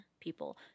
people